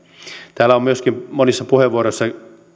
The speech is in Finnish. täällä on myöskin monissa puheenvuoroissa